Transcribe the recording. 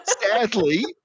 sadly